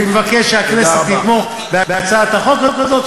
אני מבקש שהכנסת תתמוך בהצעת החוק הזאת,